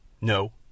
No